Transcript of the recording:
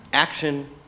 Action